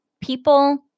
people